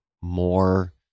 more